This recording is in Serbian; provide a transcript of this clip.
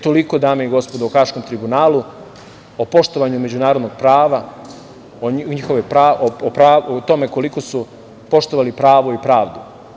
Toliko, dame i gospodo, o Haškom tribunalu, o poštovanju međunarodnog prava, o tome koliko su poštovali pravo i pravdu.